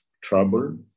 trouble